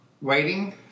waiting